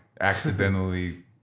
accidentally